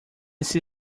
see